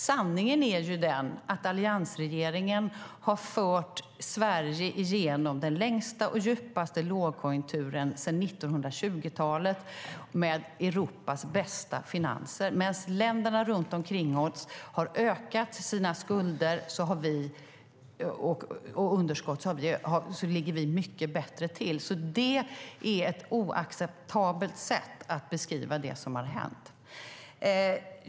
Sanningen är dock att alliansregeringen har fört Sverige igenom den längsta och djupaste lågkonjunkturen sedan 1920-talet med Europas bästa finanser. Länderna runt omkring oss har ökat sina skulder och underskott. Vi ligger mycket bättre till. Detta är ett oacceptabelt sätt att beskriva det som har hänt.